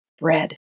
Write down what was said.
bread